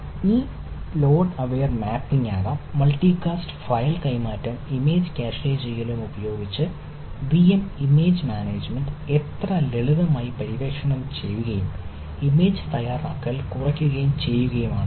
ഇത് load aware ഉപയോഗിച്ച് VM image management എത്ര ലളിതമായി പര്യവേക്ഷണം ചെയ്യുകയും ഇമേജ് തയ്യാറാക്കൽ കുറയ്ക്കുകയും ചെയ്യുക ആണിത്